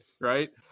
right